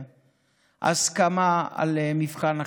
הסכמה על מבחן הכנסה,